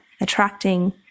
attracting